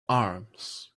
arms